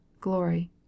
glory